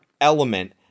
element